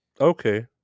okay